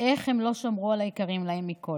איך הם לא שמרו על היקרים להם מכול.